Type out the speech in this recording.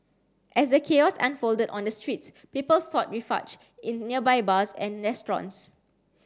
as the chaos unfolded on the streets people sought refuge in nearby bars and restaurants